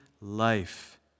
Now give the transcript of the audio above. life